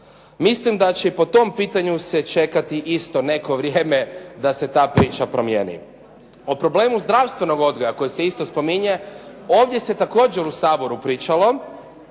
Mislim da će po tom pitanju se čekati isto neko vrijeme da se ta priča promijeni. O problemu znanstvenog odgoja koji se isto spominje, ovdje se također u Saboru pričalo